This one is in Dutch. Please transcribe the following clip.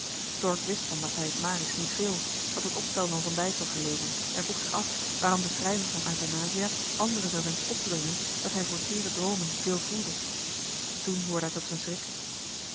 stork wist van matthijs maris niet veel had het opstel van van johan de meester de zonde in het deftige dorp deyssel gelezen en vroeg zich af waarom de schrijver van euthanasia anderen zou wenschen op te dringen dat hij voor teere droomen veel voelde toen hoorde hij tot zijn